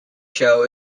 show